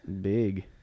big